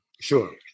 Sure